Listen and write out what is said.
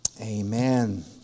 amen